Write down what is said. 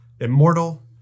immortal